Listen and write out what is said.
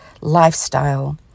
lifestyle